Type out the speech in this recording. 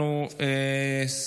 הכנסת עודד פורר, אינו נוכח.